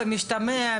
במשתמע,